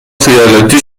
خیالاتی